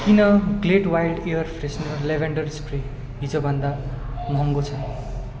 किन Glade wild air freshener lavender spray हिजो भन्दा महँगो छ